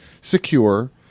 secure